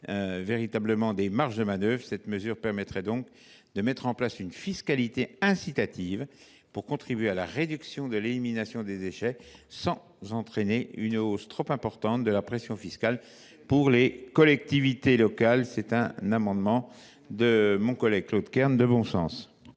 véritablement des marges de manœuvre. Une telle mesure permettrait donc de mettre en place une fiscalité incitative pour contribuer à la réduction de l’élimination des déchets, sans entraîner une hausse trop importante de la pression fiscale pour les collectivités locales. Cet amendement de mon collègue Claude Kern est